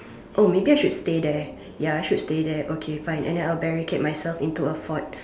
oh maybe I should stay there ya I should stay there okay fine and then I will barricade myself into a fort